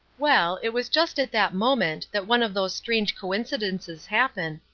well, it was just at that moment that one of those strange coincidences happen,